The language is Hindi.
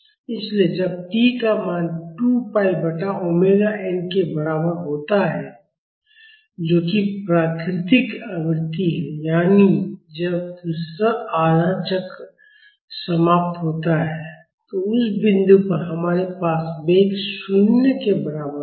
इसलिए जब t का मान 2 pi बटा ओमेगा n के बराबर होता है जो कि प्राकृतिक आवृत्ति है यानी जब दूसरा आधा चक्र समाप्त होता है तो उस बिंदु पर हमारे पास वेग 0 के बराबर होगा